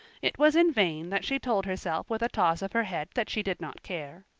it was in vain that she told herself with a toss of her head that she did not care.